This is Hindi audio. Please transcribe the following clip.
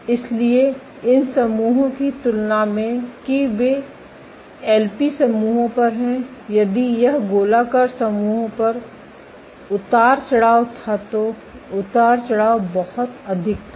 इसलिए इन समूहों की तुलना में कि वे एलपी समूहों पर हैं यदि यह गोलाकार समूहों पर उतार चढ़ाव था तो उतार चढ़ाव बहुत अधिक था